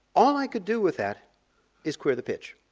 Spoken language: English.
all i could do with that is clear the pitch.